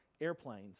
airplanes